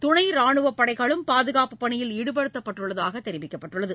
துனை ராணுவ படைகளும் பாதுகாப்பு பணியில் ஈடுபடுத்தப்ட்டுள்ளதாக தெரிவிக்கப்பட்டுள்ளது